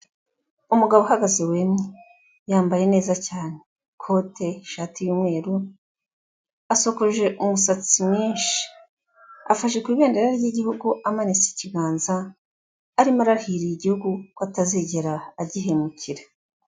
Umugabo uhagaze wemye, yambaye neza cyane, ikote, ishati y'umweru, asokoje umusatsi mwinshi, afashe ku ibendera ry'igihugu amanitse ikiganza, arimo arahirira igihugu ko atazigera agihemukira.